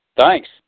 Thanks